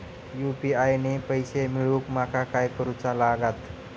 UPI ने पैशे मिळवूक माका काय करूचा लागात?